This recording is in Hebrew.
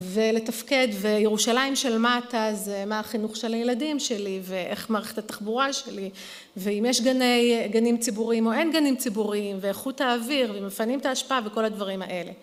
ולתפקד וירושלים של מטה זה מה החינוך של הילדים שלי, ואיך מערכת התחבורה שלי, ואם יש גנים ציבוריים או אין גנים ציבוריים, ואיכות האוויר ואם מפנים את ההשפעה וכל הדברים האלה